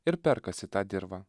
ir perkasi tą dirvą